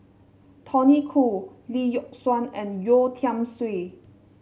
Tony Khoo Lee Yock Suan and Yeo Tiam Siew